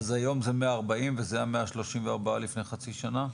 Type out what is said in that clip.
אז היום זה 140 וזה היה 134 לפני חצי שנה?